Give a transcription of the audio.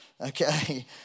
okay